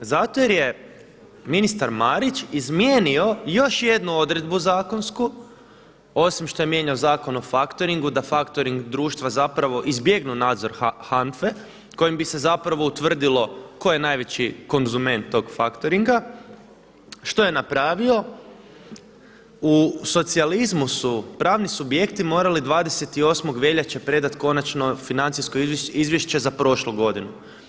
Zato jer je ministar Marić izmijenio još jednu odredbu zakonsku, osim što je mijenjao Zakon o faktoringu da faktoring društva izbjegnu nadzor HANFA-e koji bi se utvrdilo tko je najveći konzument tog faktoringa, što je napravio, u socijalizmu su pravni subjekti morali 28. veljače predati konačno financijsko izvješće za prošlu godinu.